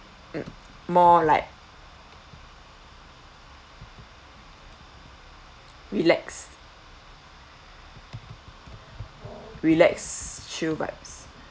mm more like relax relax chill vibes